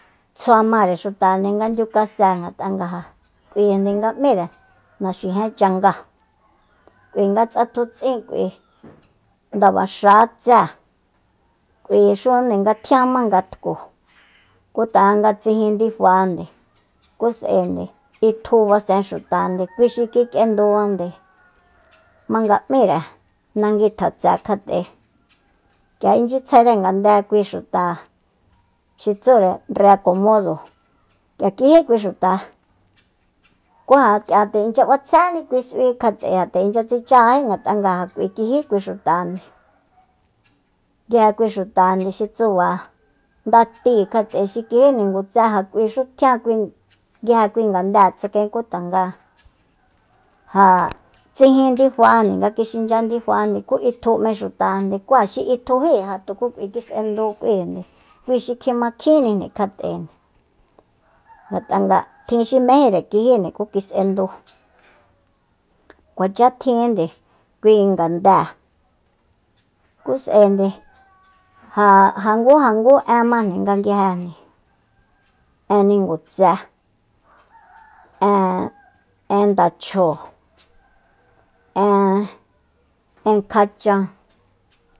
Tsjua mare xutande nga ndiukase ngat'a ja k'uinde nga míre naxijen changa k'ui nga tsatu'tsink'ui ndabaxa tsée k'uixunde nga tjianma ngatku ku tanga nga tsijin ndifande ku s'aende itju basen xutande kui xi kik'endu jmanga m'íre nagui tjatse kjat'e k'ia inchyitsjaere ngande kui xuta xi tsure reacomodo k'ia kijí kui xuta ku ja k'ia nde incgya b'atsjéni kui s'ui kjat'e nde inchya tsichajají ngat'a ja k'ui kijí kui xutande nguije kui xuta xi tsuba ndatíi kjat'e xi kijí ningutse ja k'uixu tjian kui nguije kui ngandée tsakaen ku tanga ja tsijin idifajande nga kixinchya dinfa ku itju 'me xutajande ku ja xi itjují ja tuku kis'endu k'uinde kui xi kjimakjinnijni kjat'e ngat'a tjin xi mejíre kijínde ku kis'endu kuacha tjinde kui ngande ku s'aende ja ngu ja ngu majni nga nguijejni en ningutse en ndachjóo en kjachan